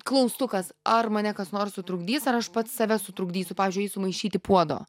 klaustukas ar mane kas nors sutrukdys ar aš pats save sutrukdysiu pavyzdžiui eisiu maišyti puodo